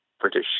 British